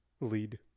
lead